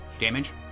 Damage